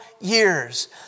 years